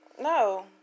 No